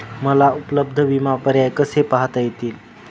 मला उपलब्ध विमा पर्याय कसे पाहता येतील?